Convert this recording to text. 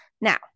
Now